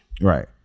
Right